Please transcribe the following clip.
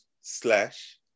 slash